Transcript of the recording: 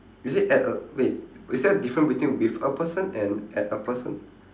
is it at a wait is there a difference between with a person and at a person